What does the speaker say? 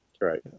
Right